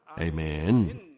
Amen